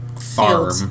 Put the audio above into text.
farm